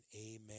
amen